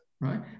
right